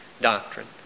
doctrine